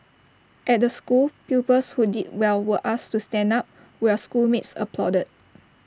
at the school pupils who did well were asked to stand up while schoolmates applauded